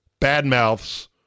badmouths